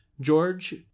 George